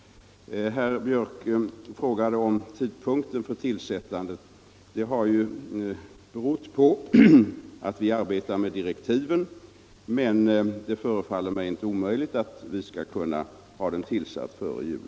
Herr Björck frågade om tidpunkten för tillsättandet. Att den ännu inte tillsatts har berott på att vi arbetar med direktiven, men det förefaller mig inte omöjligt att vi skall ha utredningen tillsatt före jul.